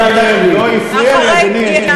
לא, היא הפריעה לי, אדוני.